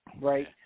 right